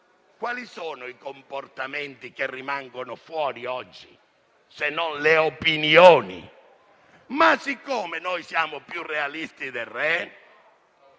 Quali sono i comportamenti che oggi rimangono fuori, se non le opinioni? Ma siccome noi siamo più realisti del re...